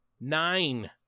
Nine